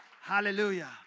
Hallelujah